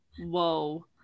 whoa